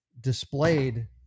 displayed